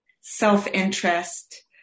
Self-interest